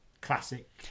classic